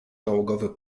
nałogowy